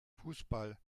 fußball